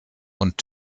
und